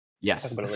Yes